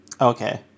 okay